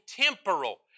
temporal